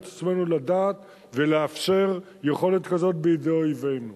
עצמנו לדעת ולאפשר יכולת כזאת בידי אויבינו.